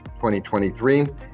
2023